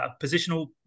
positional